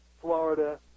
Florida